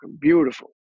beautiful